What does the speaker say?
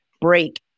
break